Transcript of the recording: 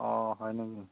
অঁ হয় নেকি